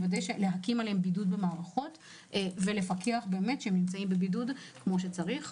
להקים עליהם בידוד במערכת ולפקח שהם נמצאים באמת בבידוד כמו שצריך.